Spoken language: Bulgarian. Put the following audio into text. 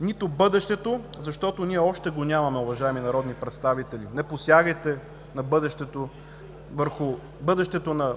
нито бъдещето, защото ние още го нямаме“, уважаеми народни представители! Не посягайте върху бъдещето на